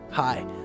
Hi